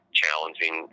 challenging